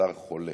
השר חולה.